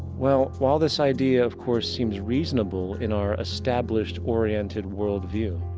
well, while this idea of course seems reasonable in our established oriented world view,